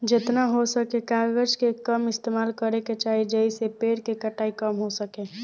जेतना हो सके कागज के कम इस्तेमाल करे के चाही, जेइसे पेड़ के कटाई कम हो सके